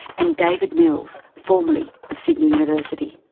and david mills, formerly of sydney university.